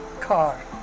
car